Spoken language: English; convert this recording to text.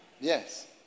Yes